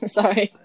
Sorry